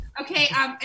Okay